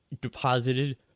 deposited